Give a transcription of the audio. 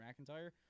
McIntyre